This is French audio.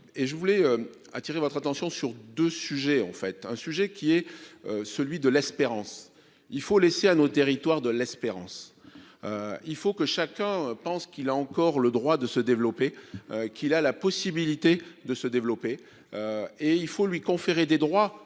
Et je voulais attirer votre attention sur 2 sujets en fait un sujet qui est. Celui de l'espérance. Il faut laisser à nos territoires de l'espérance. Il faut que chacun pense qu'il a encore le droit de se développer. Qu'il a la possibilité de se développer. Et il faut lui conférer des droits